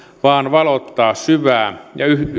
vaan valottaa syvää